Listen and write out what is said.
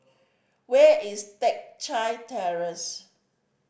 where is Teck Chye Terrace